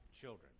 children